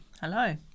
Hello